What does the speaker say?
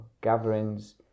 gatherings